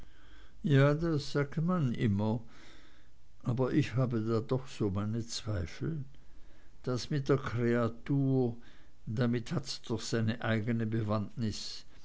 ja das sagt man immer aber ich habe da doch so meine zweifel das mit der kreatur damit hat's doch seine eigene bewandtnis